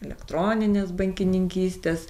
elektroninės bankininkystės